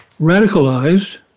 radicalized